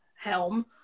helm